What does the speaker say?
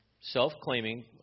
self-claiming